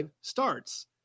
starts